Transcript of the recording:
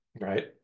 Right